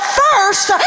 first